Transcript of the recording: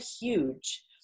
huge